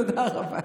תודה רבה.